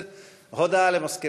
תודה.